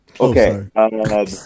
Okay